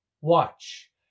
Watch